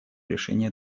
решения